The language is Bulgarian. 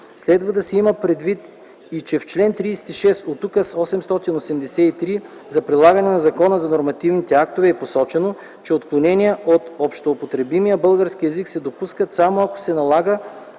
Следва да се има предвид и че в чл. 36 от Указ № 883 за прилагане на Закона за нормативните актове е посочено, че „отклонения от общоупотребимия български език се допускат, само ако се налагат